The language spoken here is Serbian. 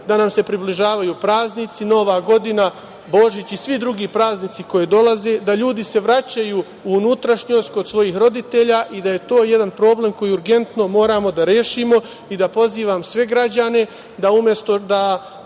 da nam se približavaju praznici, Nova godina, Božić i svi drugi praznici koji dolaze, da ljudi se vraćaju u unutrašnjost kod svojih roditelja i da je to jedan problem koji urgentno moramo da rešimo. Pozivam sve građane da umesto da